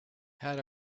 had